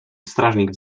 strażnik